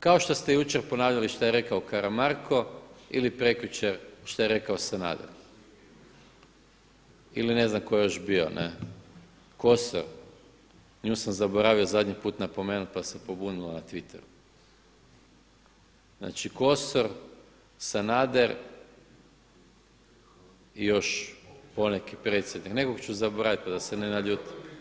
kao što ste jučer ponavljali šta je rekao Karamarko ili prekjučer šta je rekao Sanader ili ne znam tko je još bio Kosor, nju sam zaboravio zadnji put napomenuti pa se pobunila na Twiteru, znači Kosor, Sanader i još poneki predsjednik, nekog ću zaboraviti pa da se ne naljuti.